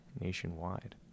nationwide